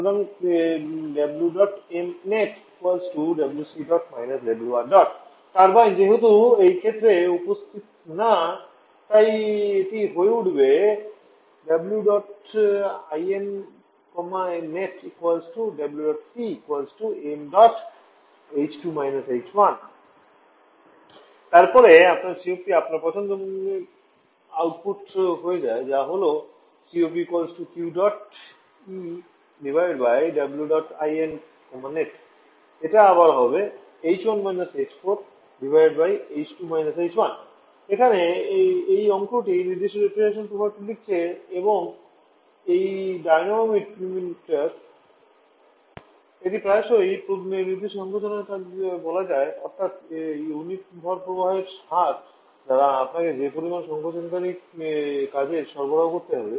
সুতরাং টারবাইন যেহেতু এই ক্ষেত্রে উপস্থিত না তাই এটি হয়ে উঠবে তারপরে আপনার COP আপনার পছন্দসই আউটপুট হয়ে যায় যা হল এটা এবার হবেঃ এখানে এই অঙ্কটি নির্দিষ্ট রেফ্রিজারেশন প্রভাবটি লিখছে এবং এই ডিনোমিনেটর এটি প্রায়শই নির্দিষ্ট সংকোচনের কাজ বলা হয় অর্থাত্ ইউনিট ভর প্রবাহের হার দ্বারা আপনাকে যে পরিমাণ সংকোচকারী কাজের সরবরাহ করতে হবে